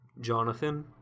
Jonathan